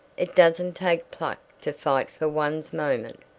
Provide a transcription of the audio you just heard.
it doesn't take pluck to fight for one's moment,